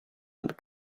and